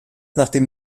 nachdem